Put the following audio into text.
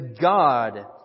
God